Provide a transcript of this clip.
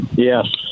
Yes